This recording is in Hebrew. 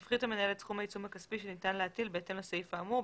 יפחית המנהל את סכום העיצום הכספי שניתן להטיל בהתאם לסעיף האמור,